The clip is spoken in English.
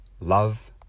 love